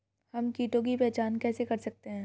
हम कीटों की पहचान कैसे कर सकते हैं?